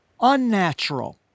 unnatural